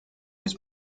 was